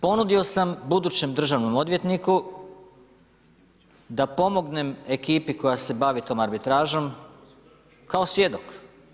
Ponudio sam budućem državnom odvjetniku da pomognem ekipi koja se bavi tom arbitražom kao svjedok.